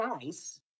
nice